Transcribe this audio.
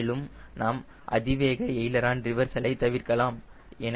மேலும் நாம் அதிவேக எய்லரான் ரிவர்சலை தவிர்க்கலாம்